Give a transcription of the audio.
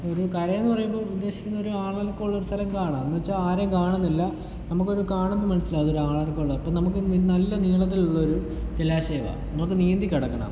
ഒരു കരയെന്ന് പറയുമ്പോൾ ഉദ്ദേശിക്കുന്നൊരു ആളനക്കോള്ള സ്ഥലം കാണാം എന്നു വച്ചാൽ ആരേം കാണുന്നില്ല നമുക്കത് കാണുമ്പോൾ മനസ്സിലാകും അതൊരാളനക്കോള്ള ഇപ്പം നമുക്ക് നല്ല നീളത്തിലൊള്ളൊരു ജലാശയമാണ് നമുക്ക് നീന്തിക്കടക്കണം